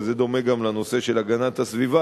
וזה דומה גם לנושא של הגנת הסביבה,